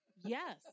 Yes